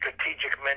strategic